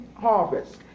harvest